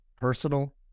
personal